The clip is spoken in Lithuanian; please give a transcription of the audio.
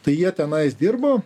tai jie tenais dirbo